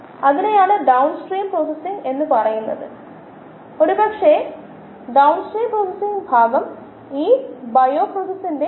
ഇതാണ് മെയിന്റനൻസ് എന്ന ആശയം ഗ്ലൂക്കോസ് എന്ന സബ്സ്ട്രേറ്റ് നമുക്കറിയാം കോശങ്ങളുടെ വർധനവിലേക്കോ കൾച്ചർ വളർച്ചയിലേക്കോ പോകുന്നു കോശങ്ങൾ കൾച്ചറിന്റെ വളർച്ചയെ കൂട്ടുന്നു പക്ഷേ കോശങ്ങൾ സങ്കീർണ്ണമായ സംവിധാനങ്ങളാണ്